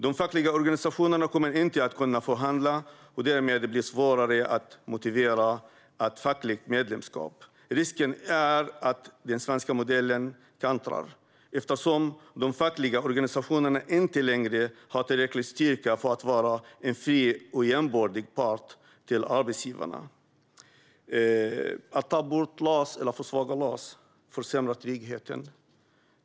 De fackliga organisationerna kommer inte att kunna förhandla, och därmed blir det svårare att motivera ett fackligt medlemskap. Risken är att den svenska modellen kantrar eftersom de fackliga organisationerna inte längre har tillräcklig styrka att vara en fri och jämbördig motpart till arbetsgivarna. Att ta bort eller försvaga LAS försämrar tryggheten.